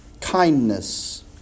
kindness